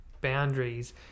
boundaries